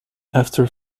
after